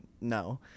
no